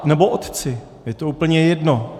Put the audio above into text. Nebo otci, je to úplně jedno.